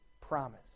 promise